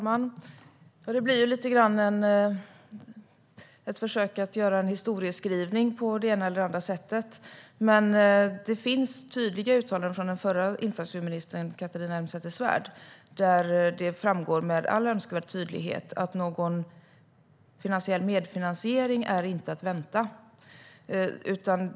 Herr talman! Det blir ett försök att göra en historieskrivning på det ena eller andra sättet. Det finns tydliga uttalanden från den förra infrastrukturministern Catharina Elmsäter-Svärd där det framgår med all önskvärd tydlighet att någon medfinansiering inte är att vänta.